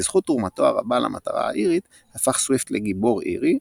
בזכות תרומתו הרבה למטרה האירית הפך סוויפט לגיבור אירי,